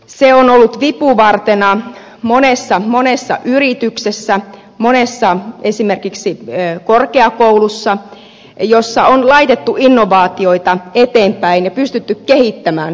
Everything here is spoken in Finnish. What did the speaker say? se on ollut vipuvartena monessa monessa yrityksessä esimerkiksi monessa korkeakoulussa jossa on laitettu innovaatioita eteenpäin ja pystytty kehittämään toimintaa